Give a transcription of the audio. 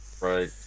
Right